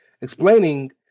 Explaining